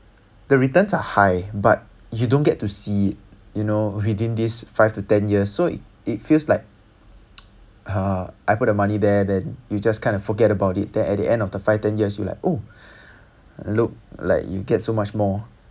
the returns are high but you don't get to see you know within this five to ten years so it it feels like uh I put the money there then you just kind of forget about it then at the end of the five ten years you like oh look like you get so much more